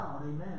Amen